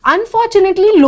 Unfortunately